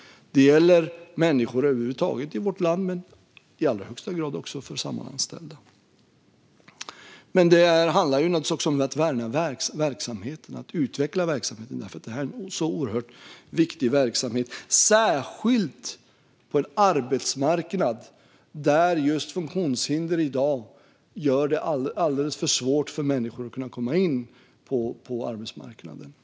Det gäller människor över huvud taget i vårt land och i allra högsta grad för Samhallanställda. Det handlar naturligtvis också om att värna och utveckla verksamheten, för detta är en oerhört viktig verksamhet. Det gäller särskilt för en arbetsmarknad där just funktionshinder gör det alldeles för svårt för människor att kunna komma in på arbetsmarknaden i dag.